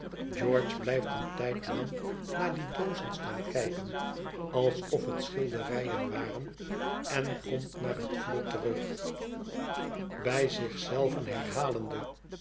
george blijft een tijd lang naar die doozen staan kijken alsof het schilderijen waren en komt naar het vuur terug